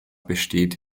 besteht